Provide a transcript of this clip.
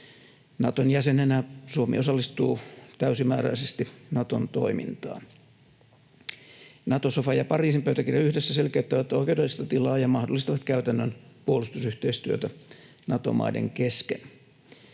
Naton jäsenenä Suomi osallistuu täysimääräisesti Naton toimintaan. Nato-sofa ja Pariisin pöytäkirja yhdessä selkeyttävät oikeudellista tilaa ja mahdollistavat käytännön puolustusyhteistyötä Nato-maiden kesken.